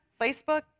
Facebook